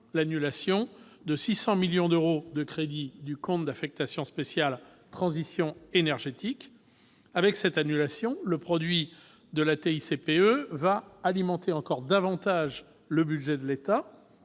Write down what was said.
l'annulation de 600 millions d'euros de crédits du compte d'affectation spéciale « Transition énergétique ». Avec cette annulation, le produit de la TICPE va alimenter encore davantage le budget de l'État,